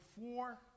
four